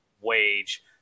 wage